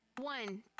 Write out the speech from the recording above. one